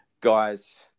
guys